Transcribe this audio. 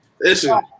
Listen